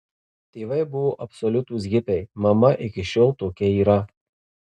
tėvai buvo absoliutūs hipiai mama iki šiol tokia yra